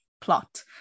plot